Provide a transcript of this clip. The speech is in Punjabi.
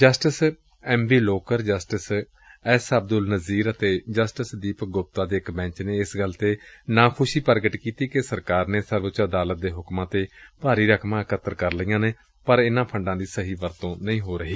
justice M B Lokur justice S Abdul Nazeer ਅਤੇ ਜਸਟਿਸ ਦੀਪਕ ਗੁਪਤਾ ਦੇ ਇਕ ਬੈਂਦ ਨੇ ਏਸ ਗੱਲ ਤੇ ਨਾਖੁਸ਼ੀ ਪ੍ਰਗਟ ਕੀਡੀ ਏ ਕਿ ਸਰਕਾਰ ਨੇ ਸਰਵਊੱਚ ਅਦਾਲਤ ਦੇ ਹੁਕਮਾਂ ਤੇ ਭਾਰੀ ਰਕਮਾਂ ਇਕੱਤਰ ਕਰ ਲਈਆਂ ਨੇ ਪਰ ਇਨਾਂ ਫੰਡਾਂ ਦੀ ਸਹੀ ਵਰਤੋਂ ਨਹੀਂ ਹੋ ਰਹੀ